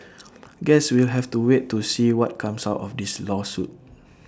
guess we'll have to wait to see what comes out of this lawsuit